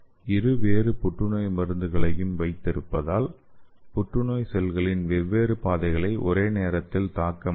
இரு வேறு புற்றுநோய் மருந்துகளை வைத்திருப்பதால் புற்றுநோய் செல்களின் வெவ்வேறு பாதைகளை ஒரே நேரத்தில் தாக்க முடியும்